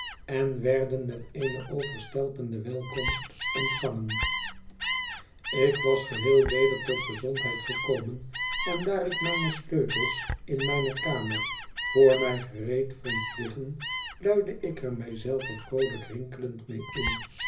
en werden met eene overstelpende welkomst ontvangen ik was geheel weder tot gezondheid gekomen en daar ik mijne sleutels in mijne kamer voor mij gereed vond liggen luidde ik er mij zelve vroolijk rinkelend mede in